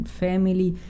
family